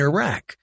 Iraq